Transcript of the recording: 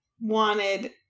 wanted